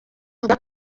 avuga